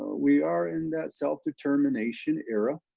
we are in that self-self-determination era,